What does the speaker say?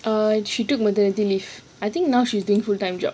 err she took maternity leave I think now she is doing full time job